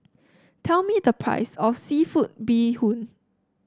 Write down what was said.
tell me the price of seafood Bee Hoon